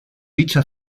dicha